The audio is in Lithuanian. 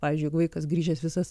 pavyzdžiui jeigu vaikas grįžęs visas